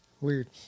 Weird